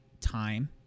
time